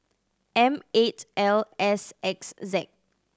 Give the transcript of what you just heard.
M eight L S X Z